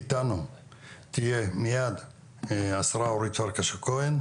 איתנו תהיה מיד השרה אורית פרקש הכהן,